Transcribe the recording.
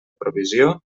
provisió